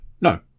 No